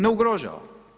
Ne ugrožava.